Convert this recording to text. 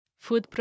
Food